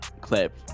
clip